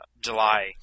July